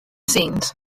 scenes